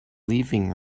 leaving